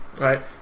right